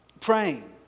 praying